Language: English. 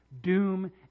doom